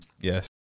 Yes